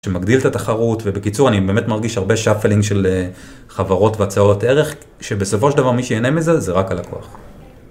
שמגדיל את התחרות, ובקיצור, אני באמת מרגיש הרבה שפלינג של חברות והצעות ערך, שבסופו של דבר מי שיהנה מזה זה רק הלקוח.